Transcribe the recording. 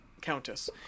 Countess